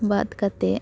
ᱵᱟᱫ ᱠᱟᱛᱮᱫ